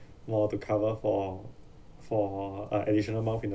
more to cover for for uh additional mouth in the